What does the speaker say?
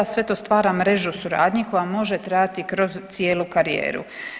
Sve to stvara mrežu suradnji koja može trajati kroz cijelu karijeru.